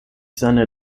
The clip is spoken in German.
seine